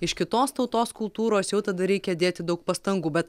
iš kitos tautos kultūros jau tada reikia dėti daug pastangų bet